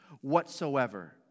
whatsoever